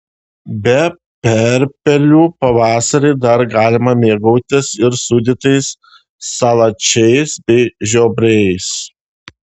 be perpelių pavasarį dar galima mėgautis ir sūdytais salačiais bei žiobriais